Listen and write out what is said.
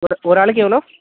ஒரு ஒரு ஆளுக்கு எவ்வளோ